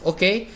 Okay